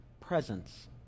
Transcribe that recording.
presence